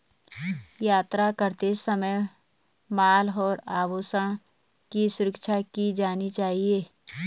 यात्रा करते समय माल और आभूषणों की सुरक्षा की जानी चाहिए